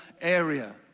area